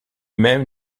même